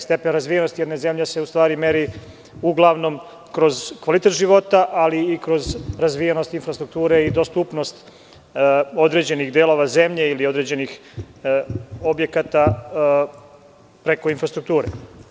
Stepen razvijenosti se meri uglavnom kroz kvalitet života, ali i kroz razvijenost infrastrukture i dostupnost određenih delova zemlje, ili određenih objekata preko infrastrukture.